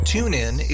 TuneIn